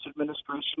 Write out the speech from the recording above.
administration